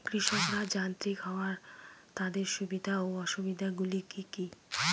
কৃষকরা যান্ত্রিক হওয়ার তাদের সুবিধা ও অসুবিধা গুলি কি কি?